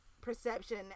perception